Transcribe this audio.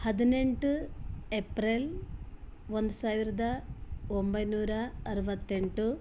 ಹದಿನೆಂಟು ಎಪ್ರಿಲ್ ಒಂದು ಸಾವಿರದ ಒಂಬೈನೂರ ಅರವತ್ತೆಂಟು